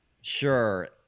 Sure